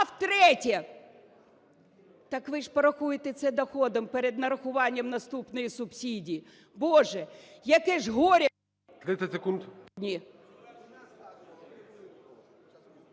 А втретє, так ви ж порахуєте це доходом перед нарахуванням наступної субсидії. Боже, яке ж горе…